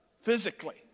physically